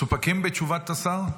מסתפקים בתשובת השר?